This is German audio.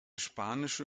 spanische